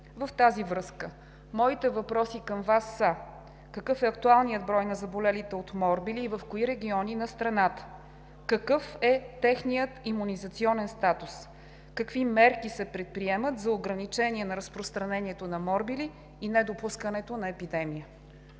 В тази връзка моите въпроси към Вас са: какъв е актуалният брой на заболелите от морбили и в кои региони на страната? Какъв е техният имунизационен статус? Какви мерки се предприемат за ограничение на разпространението на морбили и недопускането на епидемия?